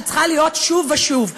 שצריכה להיות שוב ושוב,